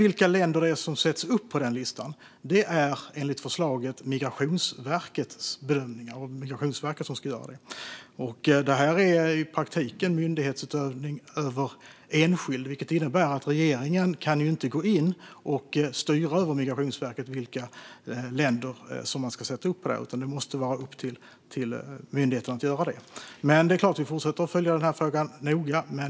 Vilka länder som sedan sätts upp på listan är det enligt förslaget Migrationsverket som avgör. Detta är i praktiken myndighetsutövning över enskild, vilket innebär att regeringen inte kan gå in och styra över Migrationsverket när det gäller vilka länder som ska sättas upp. Det måste vara upp till myndigheten att göra det. Vi fortsätter naturligtvis att följa den här frågan noga.